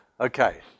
okay